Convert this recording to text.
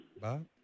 Bob